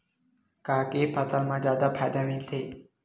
का के फसल मा जादा फ़ायदा मिलथे?